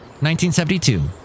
1972